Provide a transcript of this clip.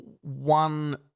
one